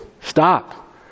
Stop